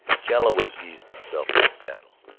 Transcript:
galloway eased himself in the saddle.